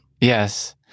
Yes